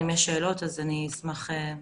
אם יש שאלות, אז אני אשמח לענות.